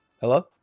Hello